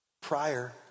prior